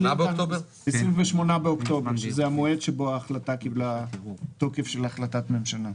כלומר 28 באוקטובר הוא המועד שבו ההחלטה קיבלה תוקף של החלטת ממשלה.